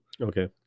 Okay